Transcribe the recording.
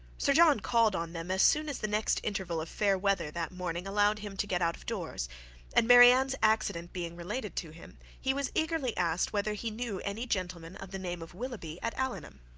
sir john called on them as soon as the next interval of fair weather that morning allowed him to get out of doors and marianne's accident being related to him, he was eagerly asked whether he knew any gentleman of the name of willoughby at allenham.